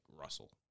Russell